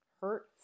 hurt